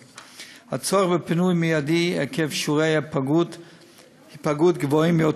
הצורך בפינוי מיידי עקב שיעורי היפגעות גבוהים יותר,